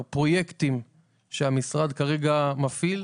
פרויקטים שאותם המשרד מפעיל,